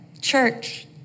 church